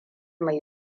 mai